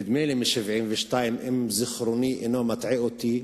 נדמה לי מ-1972, אם זיכרוני אינו מטעה אותי,